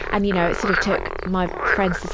and, you know, it sort of took my friends to,